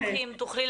יוכי,